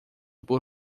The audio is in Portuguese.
por